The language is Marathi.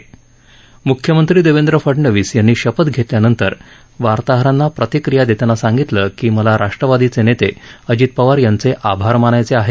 म्ख्यमंत्री देवेंद्र फडणवीस यांनी शपथ घेतल्यानंतर वार्ताहरांना प्रतिक्रीया देताना सांगितलं की मला राष्ट्रवादीचे नेते अजित पवार यांचे आभार मानायचे आहेत